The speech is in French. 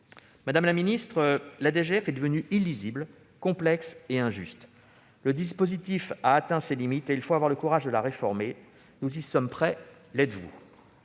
Madame la ministre, la DGF est devenue illisible, complexe et injuste. Le dispositif a atteint ses limites. Il faut avoir le courage de le réformer. Nous y sommes prêts. L'êtes-vous ?